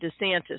DeSantis